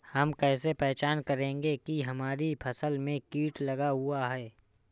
हम कैसे पहचान करेंगे की हमारी फसल में कीट लगा हुआ है?